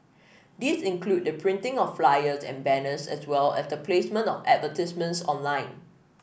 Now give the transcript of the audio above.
these include the printing of flyers and banners as well as the placement of advertisements online